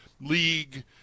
league